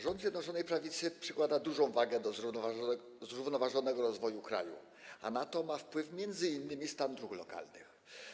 Rząd Zjednoczonej Prawicy przykłada dużą wagę do zrównoważonego rozwoju kraju, a na to ma wpływ m.in. stan dróg lokalnych.